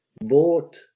bought